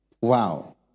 Wow